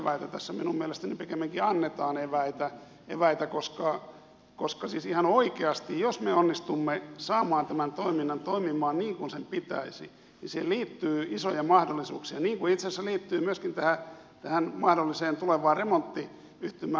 tässä minun mielestäni pikemminkin annetaan eväitä koska siis ihan oikeasti jos me onnistumme saamaan tämän toiminnan toimimaan niin kuin sen pitäisi siihen liittyy isoja mahdollisuuksia niin kuin itse asiassa liittyy myöskin tähän mahdolliseen tulevaan remontti yhtymään